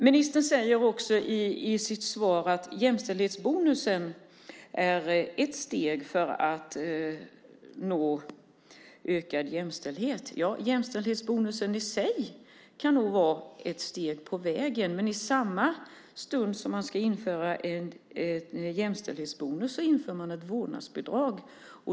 Ministern säger också i sitt svar att jämställdhetsbonusen är ett steg för att nå ökad jämställdhet. Ja, jämställdhetsbonusen i sig kan nog vara ett steg på vägen, men i samma stund som man ska införa en jämställdhetsbonus inför man ett vårdnadsbidrag.